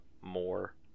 more